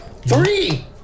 Three